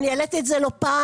והעליתי את זה לא פעם,